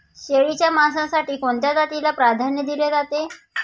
शेळीच्या मांसासाठी कोणत्या जातीला प्राधान्य दिले जाते?